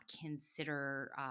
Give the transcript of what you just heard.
consider